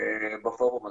בפורום הזה.